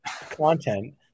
content